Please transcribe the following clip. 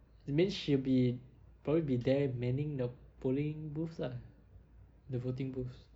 that means she'll be probably be there manning the polling booths lah the voting booths